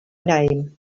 name